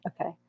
Okay